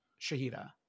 shahida